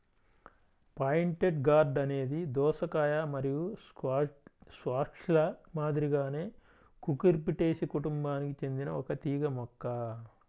pointed gourd అనేది దోసకాయ మరియు స్క్వాష్ల మాదిరిగానే కుకుర్బిటేసి కుటుంబానికి చెందిన ఒక తీగ మొక్క